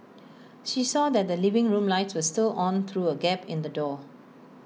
she saw that the living room lights were still on through A gap in the door